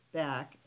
back